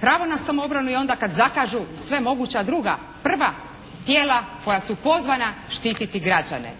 Pravo na samoobranu je onda kad zakažu sva moguća druga, prva tijela koja su pozvana štititi građane.